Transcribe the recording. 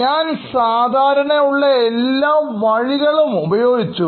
ഞാൻസാധാരണഉള്ള എല്ലാ മാർഗങ്ങളും ഉപയോഗിച്ചു